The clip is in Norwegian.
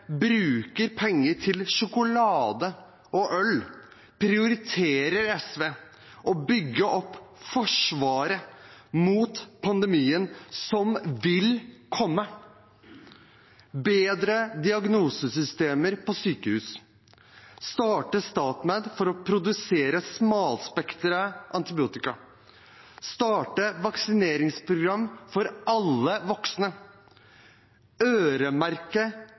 bruker penger til sjokolade og øl, prioriterer SV å bygge opp forsvaret mot pandemien som vil komme: få bedre diagnosesystemer på sykehus starte StatMed for å produsere smalspektret antibiotika starte vaksineringsprogram for alle voksne øremerke